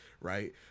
right